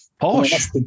Posh